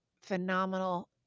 phenomenal